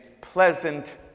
pleasant